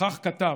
כך כתב: